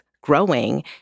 growing